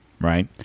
Right